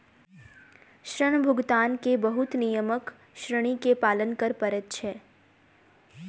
ऋण भुगतान के बहुत नियमक ऋणी के पालन कर पड़ैत छै